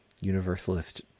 Universalist